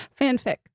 Fanfic